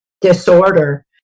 disorder